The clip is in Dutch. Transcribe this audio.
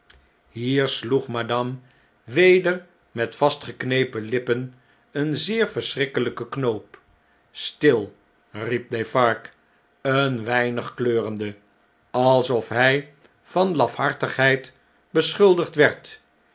hier sloeg madame weder met vastgenepen lippen een zeer verschrikkelijken knoop stil riep defarge een weinig kleurende alsof hy van lafhartigheid beschuldigd werd